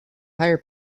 higher